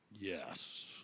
Yes